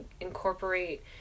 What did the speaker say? incorporate